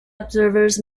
observers